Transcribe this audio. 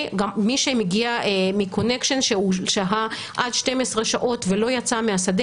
מי שמגיע מקונקשן שהוא שהה עד 12 שעות ולא יצא מהשדה,